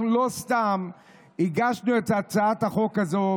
אנחנו לא סתם הגשנו את הצעת החוק הזאת,